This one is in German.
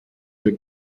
der